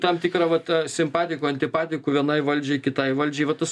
tam tikrą va tą simpatikų antipatikų vienai valdžiai kitai valdžiai va tas